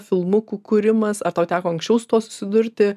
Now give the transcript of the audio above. filmukų kūrimas ar tau teko anksčiau su tuo susidurti